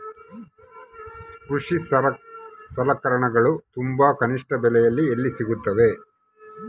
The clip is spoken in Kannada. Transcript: ಕೃಷಿ ಸಲಕರಣಿಗಳು ತುಂಬಾ ಕನಿಷ್ಠ ಬೆಲೆಯಲ್ಲಿ ಎಲ್ಲಿ ಸಿಗುತ್ತವೆ?